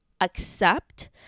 accept